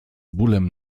bólem